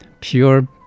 pure